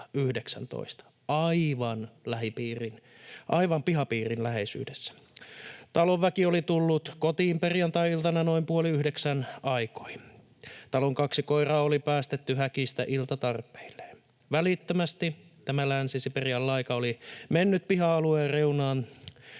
alussa 2019 aivan pihapiirin läheisyydessä. Talonväki oli tullut kotiin perjantai-iltana noin puoli yhdeksän aikoihin. Talon kaksi koiraa oli päästetty häkistä iltatarpeilleen. Välittömästi tämä länsisiperianlaika oli mennyt piha-alueen reunaan